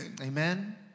Amen